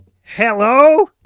Hello